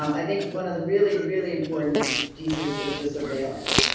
um i think one of the really, really important pieces is the surveillance.